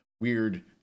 weird